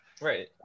right